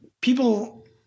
people